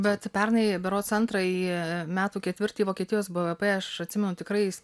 bet pernai berods antrąjį metų ketvirtį vokietijos bvp aš atsimenu tikrai